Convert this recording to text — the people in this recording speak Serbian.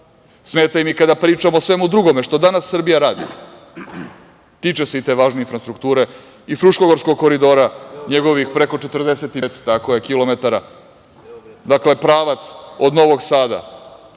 Smeta im i kada pričamo o svemu drugom što danas Srbija radi. Tiče se i te važne infrastrukture i Fruškogorskog koridora, njegovih preko 45 km, dakle, pravac od Novog Sada